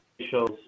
officials